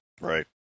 right